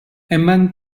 among